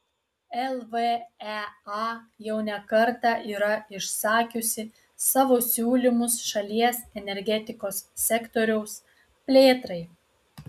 lvea jau ne kartą yra išsakiusi savo siūlymus šalies energetikos sektoriaus plėtrai